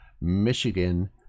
Michigan